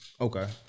Okay